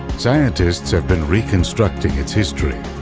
scientists have been reconstructing its history